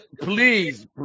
please